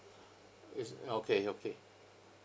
is okay okay